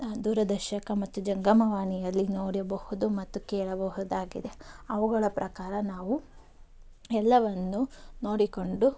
ದೂರದರ್ಶಕ ಮತ್ತು ಜಂಗಮವಾಣಿಯಲ್ಲಿ ನೋಡಬಹುದು ಮತ್ತು ಕೇಳಬಹುದಾಗಿದೆ ಅವುಗಳ ಪ್ರಕಾರ ನಾವು ಎಲ್ಲವನ್ನು ನೋಡಿಕೊಂಡು